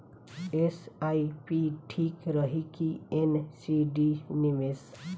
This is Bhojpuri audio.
एस.आई.पी ठीक रही कि एन.सी.डी निवेश?